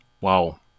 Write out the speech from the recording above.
wow